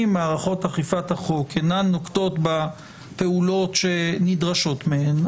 אם מערכות אכיפת החוק אינן נוקטות בפעולות שנדרשות מהן,